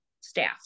staff